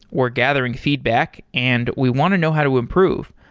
we're gathering feedback and we want to know how to improve.